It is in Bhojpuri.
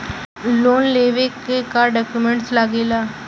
लोन लेवे के का डॉक्यूमेंट लागेला?